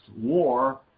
war